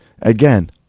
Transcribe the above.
Again